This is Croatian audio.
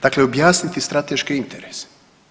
Dakle objasniti strateške interese.